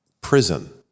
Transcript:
prison